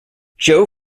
joe